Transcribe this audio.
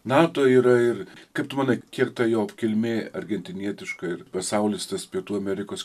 nato yra ir kaip tu manai kiek ta jo kilmė argentinietiška ir pasaulis tas pietų amerikos